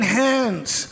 hands